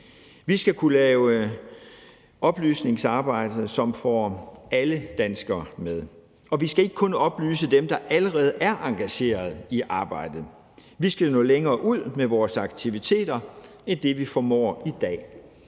Vi skal kunne lave oplysningsarbejde, som får alle danskere med, og vi skal ikke kun oplyse dem, der allerede er engageret i arbejdet. Vi skal nå længere ud med vores aktiviteter end det, vi formår i dag.